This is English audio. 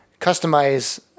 customize